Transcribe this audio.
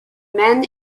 men